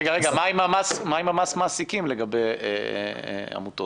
רגע, מה עם מס המעסיקים לגבי העמותות?